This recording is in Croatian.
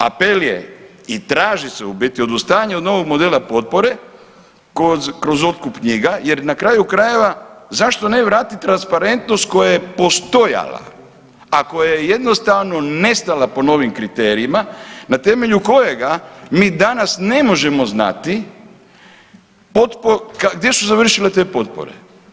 Apel je i traži se u biti odustajanje od novog modela potpore kroz otkup knjiga jer na kraju krajeva zašto ne vratit transparentnost koja je postojala, a koja je jednostavno nestala po novim kriterijima na temelju kojega mi danas ne možemo znati gdje su završile te potpore.